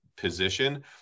position